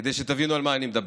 כדי שתבינו על מה אני מדבר.